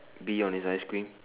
bee on his ice cream